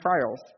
trials